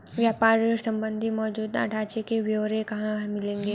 व्यापार ऋण संबंधी मौजूदा ढांचे के ब्यौरे कहाँ मिलेंगे?